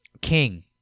King